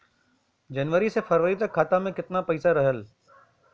जनवरी से फरवरी तक खाता में कितना पईसा रहल?